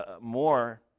more